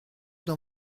dans